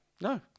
no